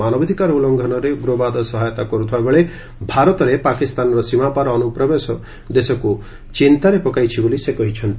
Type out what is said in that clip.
ମାନବାଧିକାର ଉଲ୍ଲଘଂନରେ ଉଗ୍ରବାଦ ସହାୟତା କରୁଥିବା ବେଳେ ଭାରତରେ ପାକିସ୍ତାନର ସୀମାପାର୍ ଅନୁପ୍ରବେଶ ଦେଶକୁ ଚିନ୍ତାରେ ପକାଇଛି ବୋଲି ସେ କହିଛନ୍ତି